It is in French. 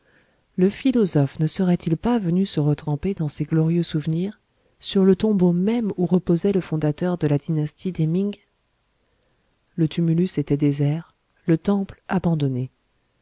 le philosophe ne serait-il pas venu se retremper dans ces glorieux souvenirs sur le tombeau même où reposait le fondateur de la dynastie des ming le tumulus était désert le temple abandonné